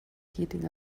heating